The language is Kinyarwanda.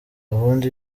gahunda